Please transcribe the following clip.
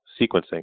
sequencing